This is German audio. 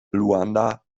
luanda